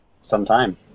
sometime